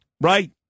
Right